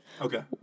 Okay